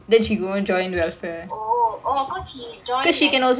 oh oh because she join as I_C